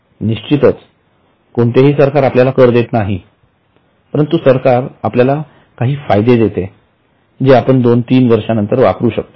निश्चितच कोणतेही सरकार आपल्याला कर देत नाही परंतु सरकार आपल्याला काही फायदे देते जे आपण दोन वर्षानंतर तीन वापरू शकतो